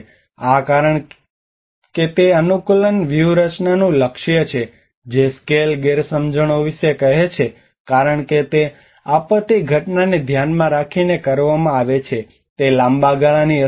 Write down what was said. આ કારણ કે તે અનુકૂલન વ્યૂહરચનાનું લક્ષ્ય છે જે સ્કેલ ગેરસમજણો વિશે કહે છે કારણ કે તે આપત્તિ ઘટનાને ધ્યાનમાં રાખીને કરવામાં આવે છે તે લાંબા ગાળાની અસરો છે